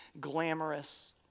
glamorous